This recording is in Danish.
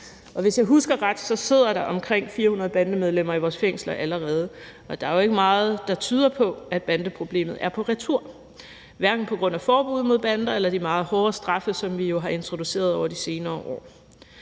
Og hvis jeg husker ret, sidder der omkring 400 bandemedlemmer i vores fængsler allerede, og der er jo ikke meget, der tyder på, at bandeproblemet er på retur, hverken på grund af forbud mod bander eller de meget hårde straffe, som vi jo har introduceret over de senere år.